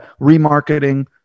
remarketing